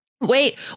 Wait